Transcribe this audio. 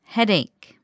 Headache